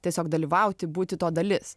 tiesiog dalyvauti būti to dalis